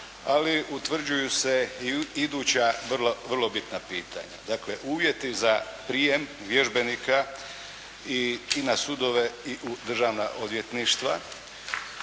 ali utvrđuju se i iduća vrlo bitna pitanja. Dakle uvjeti za prijem vježbenika i na sudove i u državna odvjetništva,